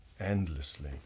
endlessly